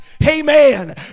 Amen